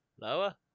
Lower